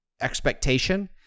expectation